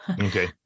Okay